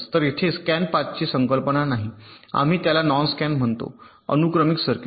तर इथे स्कॅन पाथची संकल्पना नाही आम्ही त्याला नॉन स्कॅन म्हणतो अनुक्रमिक सर्किट